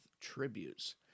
tributes